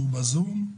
שהוא בזום.